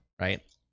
right